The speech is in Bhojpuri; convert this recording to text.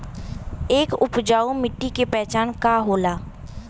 एक उपजाऊ मिट्टी के पहचान का होला?